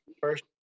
First